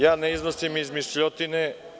Ja ne iznosim izmišljotine.